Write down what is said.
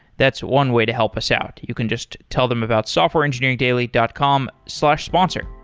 that's one way to help us out. you can just tell them about softwareengineeringdaily dot com slash sponsor.